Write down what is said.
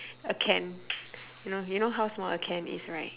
a can you know you know how small a can is right